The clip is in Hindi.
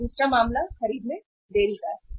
अब दूसरा मामला खरीद में देरी का है